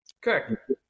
Correct